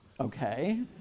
Okay